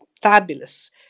Fabulous